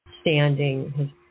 standing